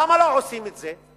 למה לא עושים את זה?